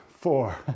four